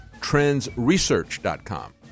trendsresearch.com